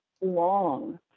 long